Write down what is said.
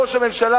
ראש הממשלה,